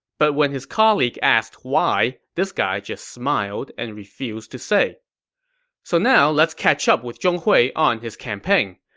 but when his colleague asked why, this guy just smiled and refused to say so now, let's catch up with zhong hui on his campaign.